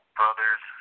brothers